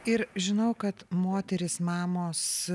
ir žinau kad moterys mamos